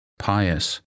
pious